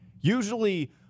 Usually